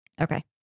Okay